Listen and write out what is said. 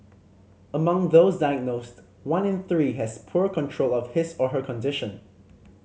among those diagnosed one in three has poor control of his or her condition